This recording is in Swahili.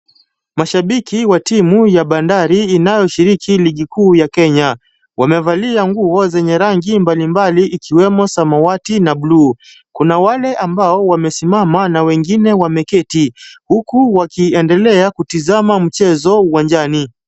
Mashabiki, watimu ya bandari inayoshiriki ligi kuu ya Kenya. Wamevalia nguo zenye rangi mbalimbali ikiwemo samawati na bluu. Kuna wale ambao wamesimama na wengine wameketi. Huku wakiendelea kutizama mchezo wa uwanjani.